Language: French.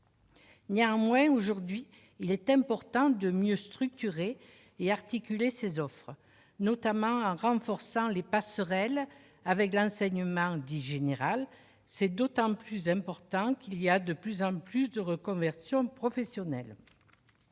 Néanmoins, aujourd'hui, il est important de mieux structurer et de mieux articuler ces offres, notamment en renforçant les passerelles avec l'enseignement dit général. Cela est d'autant plus important que les reconversions professionnelles